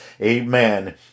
Amen